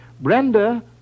Brenda